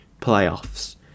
playoffs